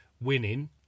winning